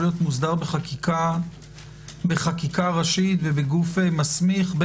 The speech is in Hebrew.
להיות מוסדר בחקיקה ראשית ובגוף מסמיך,